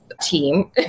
team